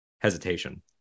hesitation